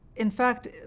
in fact,